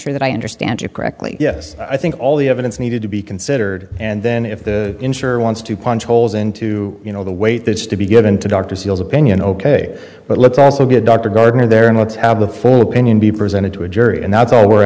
sure that i understand you correctly yes i think all the evidence needed to be considered and then if the insurer wants to punch holes into you know the weight that's to be given to dr seals opinion ok but let's also be a doctor gardener there and let's have the full opinion be presented to a jury and that's all we're